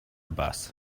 bus